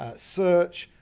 ah search,